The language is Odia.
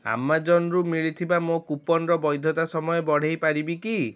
ଆମାଜନ୍ରୁ ମିଳିଥିବା ମୋ କୁପନ୍ର ବୈଧତା ସମୟ ବଢ଼େଇପାରିବି କି